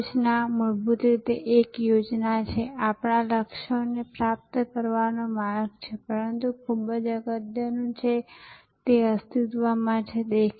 આજે હું સેવા વિતરણ પરના અમારા સત્રને સમાપ્ત કરવા માટે આ સંદર્ભમાં કેટલાક અન્ય વધુ અદ્યતન મુદ્દાઓની ચર્ચા કરવા માંગુ છું